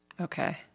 Okay